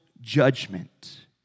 judgment